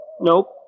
Nope